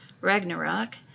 Ragnarok